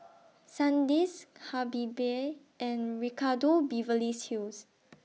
Sandisk Habibie and Ricardo Beverly's Hills